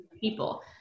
people